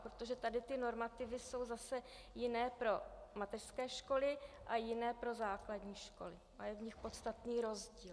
Protože tady ty normativy jsou zase jiné pro mateřské školy a jiné pro základní školy a je v nich podstatný rozdíl.